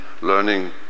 learning